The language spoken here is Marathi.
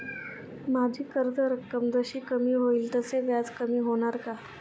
माझी कर्ज रक्कम जशी कमी होईल तसे व्याज कमी होणार का?